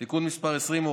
תיקון מס' 20,